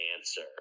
answer